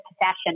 possession